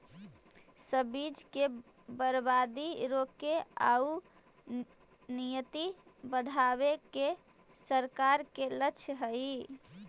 सब्जि के बर्बादी रोके आउ निर्यात बढ़ावे के सरकार के लक्ष्य हइ